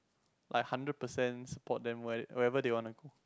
like hundred percent support them where wherever they want to go